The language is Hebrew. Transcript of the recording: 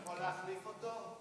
אני יכול להחליף אותו?